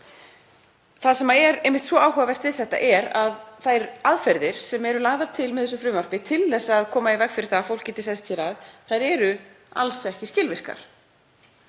Það sem er einmitt svo áhugavert við þetta er að þær aðferðir sem eru lagðar til með þessu frumvarpi til að koma í veg fyrir að fólk geti sest hér að, eru alls ekki skilvirkar.